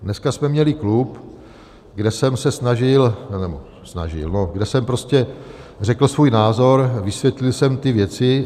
Dneska jsme měli klub, kde jsem se snažil nebo snažil no, kde jsem prostě řekl svůj názor, vysvětlil jsem ty věci.